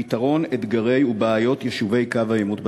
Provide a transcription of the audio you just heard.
לפתרון אתגרי ובעיות יישובי קו העימות בצפון?